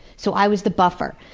so i was the buffer.